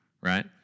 right